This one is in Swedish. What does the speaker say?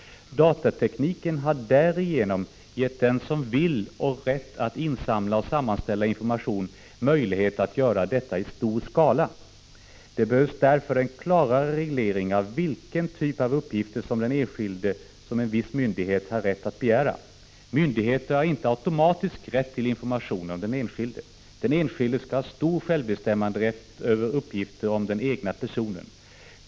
Datatekniken har därigenom gett den som vill och har rätt att insamla och sammanställa information möjlighet att göra detta i stor skala. Det behövs därför en klarare reglering av vilken typ av uppgifter om den enskilde som en viss myndighet har rätt att begära. Myndigheter har inte automatiskt rätt till information om den enskilde. Den enskilde skall ha stor självbestämmanderätt över uppgifter om den egna personen.